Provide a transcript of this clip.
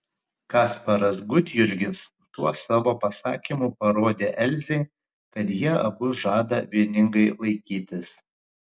kasparas gudjurgis tuo savo pasakymu parodė elzei kad jie abu žada vieningai laikytis